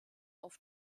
auf